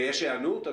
ויש היענות?